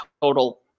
total